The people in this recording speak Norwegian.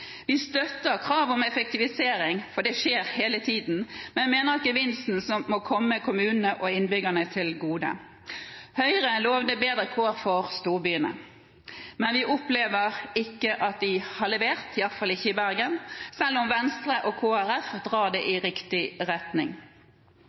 Vi støtter kravet om effektivisering – og det skjer hele tiden – men jeg mener at gevinsten må komme kommunene og innbyggerne til gode. Høyre lovet bedre kår for storbyene, men vi opplever ikke at de har levert, iallfall ikke i Bergen, selv om Venstre og Kristelig Folkeparti drar det i